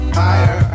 higher